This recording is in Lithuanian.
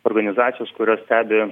organizacijos kurios stebi